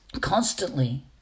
constantly